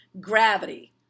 gravity